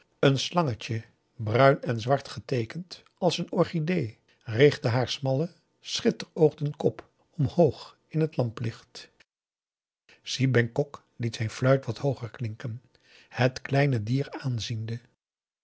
een slangetje bruin en zwart geteekend als een orchidee richtte haar smallen schitter oogden kop omhoog in het lamplicht si bengkok liet zijn fluit wat hooger klinken het kleine dier aanziende